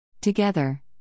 Together